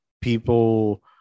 people